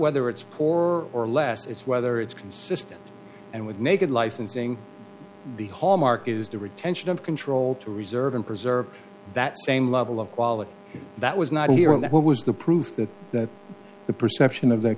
whether it's poor or less it's whether it's consistent and with naked licensing the hallmark is to rid tension of control to reserve and preserve that same level of quality that was not here and what was the proof that that the perception of the